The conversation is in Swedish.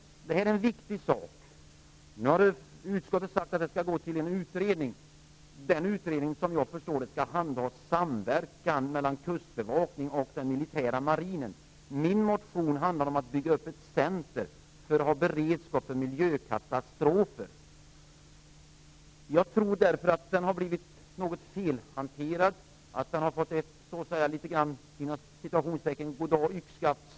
Det här är en viktig sak. Utskottet har sagt att frågan skall gå till en utredning, den utredning som jag har förstått skall handha frågor rörande samverkan mellan kustbevakningen och den militära marinen. Min motion handlar om möjligheten att bygga upp ett center för beredskap för miljökatastrofer. Jag tror därför att motionen har blivit något felhanterad, att den har fått något av ett ''goddagyxskaft-svar''.